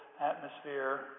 atmosphere